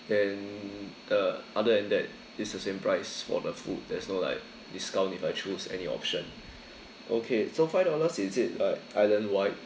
and the other then that it's the same price for the food there's no like discount if I choose any option okay so five dollars is it like islandwide